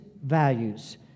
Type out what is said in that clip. values